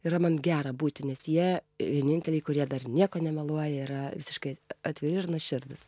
yra man gera būti nes jie vieninteliai kurie dar nieko nemeluoja yra visiškai atviri ir nuoširdūs